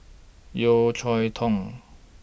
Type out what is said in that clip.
Yeo Cheow Tong